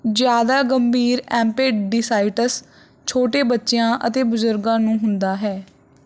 ਜ਼ਿਆਦਾ ਗੰਭੀਰ ਐਮਪੇਡੀਸਾਈਟਸ ਛੋਟੇ ਬੱਚਿਆਂ ਅਤੇ ਬਜ਼ੁਰਗਾਂ ਨੂੰ ਹੁੰਦਾ ਹੈ